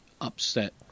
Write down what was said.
upset